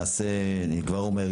אני כבר אומר,